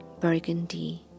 burgundy